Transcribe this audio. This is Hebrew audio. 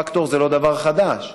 פקטור זה לא דבר חדש.